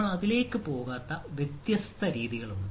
നമ്മൾ അതിലേക്ക് പോകാത്ത കാര്യങ്ങളുടെ വ്യത്യസ്ത രീതികളുണ്ട്